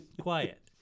Quiet